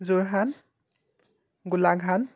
Jorhat Golaghat